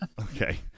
Okay